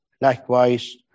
likewise